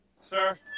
sir